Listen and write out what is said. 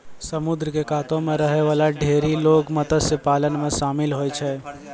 समुद्र क कातो म रहै वाला ढेरी लोग मत्स्य पालन म शामिल होय छै